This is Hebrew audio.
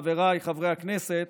חבריי חברי הכנסת,